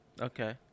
Okay